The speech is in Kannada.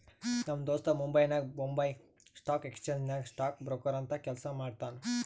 ನಮ್ ದೋಸ್ತ ಮುಂಬೈನಾಗ್ ಬೊಂಬೈ ಸ್ಟಾಕ್ ಎಕ್ಸ್ಚೇಂಜ್ ನಾಗ್ ಸ್ಟಾಕ್ ಬ್ರೋಕರ್ ಅಂತ್ ಕೆಲ್ಸಾ ಮಾಡ್ತಾನ್